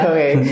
Okay